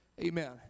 Amen